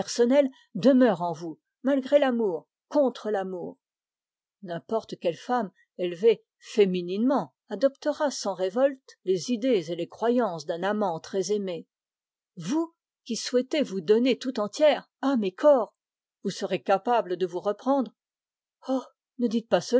demeure en vous malgré l'amour contre l'amour n'importe quelle femme élevée fémininement adoptera sans révolte les croyances d'un amant très aimé vous qui souhaitez vous donner tout entière âme et corps vous serez capable un jour de vous reprendre oh ne dites pas cela